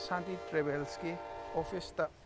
ꯁꯥꯟꯇꯤ ꯇ꯭ꯔꯦꯚꯦꯜꯁꯀꯤ ꯑꯣꯐꯤꯁꯇ